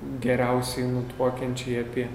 geriausiai nutuokiančiai apie